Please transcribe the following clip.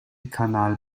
kanal